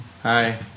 Hi